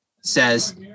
says